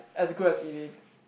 as good as Eileen